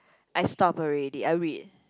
I stopped already I read